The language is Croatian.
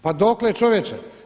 Pa dokle čovječe?